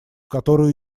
которую